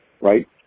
right